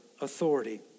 authority